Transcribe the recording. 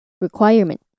Requirement